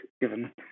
given